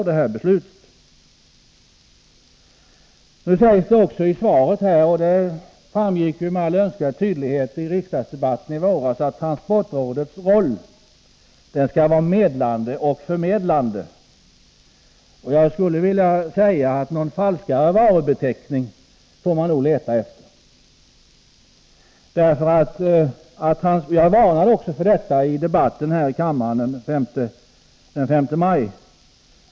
Det sägs i svaret — det framgick också med all önskvärd tydlighet av riksdagsdebatten i våras — att transportrådets roll skall vara medlande och förmedlande. Jag skulle vilja säga att någon falskare varubeteckning får man nog leta efter. Jag varnade också för detta i debatten här i kammaren den 5 maj.